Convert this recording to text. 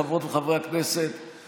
חברות וחברי הכנסת,